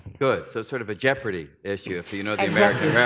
good. so, sort of a jeopardy issue, if you know the american yeah